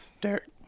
Derek